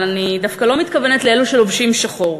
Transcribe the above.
אבל אני דווקא לא מתכוונת לאלו שלובשים שחור.